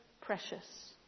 precious